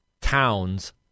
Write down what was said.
towns